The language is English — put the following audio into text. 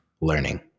learning